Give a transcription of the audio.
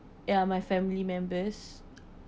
ya my family members